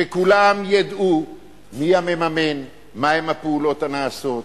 שכולם ידעו מי המממן, מהן הפעולות הנעשות.